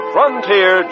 Frontier